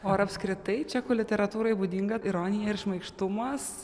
o ar apskritai čekų literatūrai būdinga ironija ir šmaikštumas